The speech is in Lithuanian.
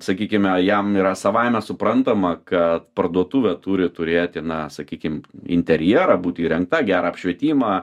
sakykime jam yra savaime suprantama kad parduotuvė turi turėti na sakykim interjerą būti įrengta gerą apšvietimą